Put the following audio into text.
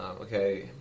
Okay